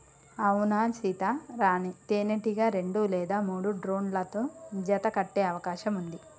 అవునా సీత, రాణీ తేనెటీగ రెండు లేదా మూడు డ్రోన్లతో జత కట్టె అవకాశం ఉంది